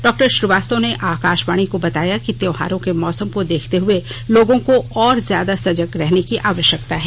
doctor Srivastava ने आकाशवाणी को बताया कि त्योहारों के मौसम को देखते हुए लोगों को और ज्यादा सजग रहने की आवश्यकता है